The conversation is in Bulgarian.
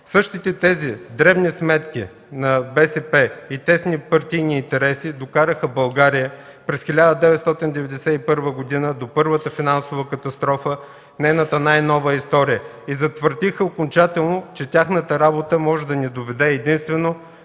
Същите тези дребни сметки на БСП и тесни партийни интереси докараха България през 1991 г. до първата финансова катастрофа в нейната най-нова история и затвърдиха окончателно, че тяхната работа може да ни доведе единствено